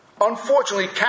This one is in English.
Unfortunately